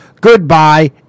goodbye